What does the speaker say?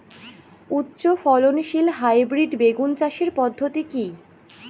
উচ্চ ফলনশীল হাইব্রিড বেগুন চাষের পদ্ধতি কী?